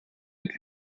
mit